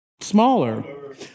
smaller